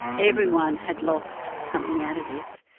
everyone had lost something out of this.